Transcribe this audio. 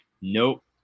nope